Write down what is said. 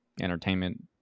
entertainment